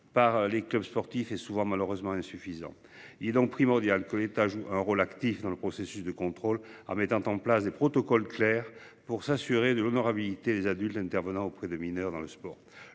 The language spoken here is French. par les clubs sportifs et souvent malheureusement insuffisantes. Il est donc primordial que l'État joue un rôle actif dans le processus de contrôle en mettant en place des protocoles clairs pour s'assurer de l'honorabilité les adultes intervenant auprès de mineurs dans le sport.